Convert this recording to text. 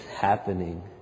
happening